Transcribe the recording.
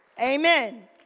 Amen